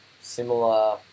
similar